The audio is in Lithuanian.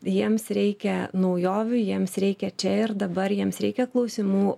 jiems reikia naujovių jiems reikia čia ir dabar jiems reikia klausimų